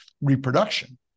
reproduction